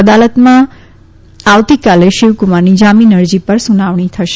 અદાલતમાં આવતીકાલે શિવકુમારની જામીન અરજી પર સુનાવણી થશે